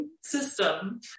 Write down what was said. system